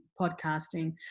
podcasting